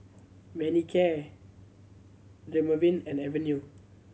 Manicare Dermaveen and Avene